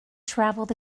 traveled